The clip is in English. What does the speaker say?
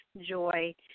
joy